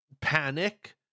panic